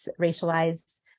racialized